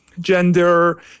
gender